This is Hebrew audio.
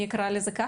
נקרא לזה ככה,